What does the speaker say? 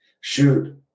shoot